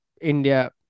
India